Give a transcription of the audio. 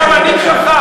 אתה אמרת שאני טרוריסט?